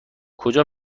کجا